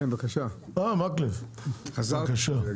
מקלב, בבקשה.